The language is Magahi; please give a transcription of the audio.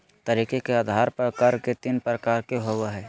तरीके के आधार पर कर तीन प्रकार के होबो हइ